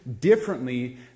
differently